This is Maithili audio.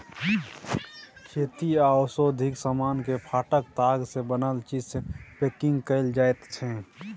खेती आ औद्योगिक समान केँ पाटक ताग सँ बनल चीज सँ पैंकिग कएल जाइत छै